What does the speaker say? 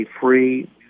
free